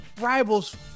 rivals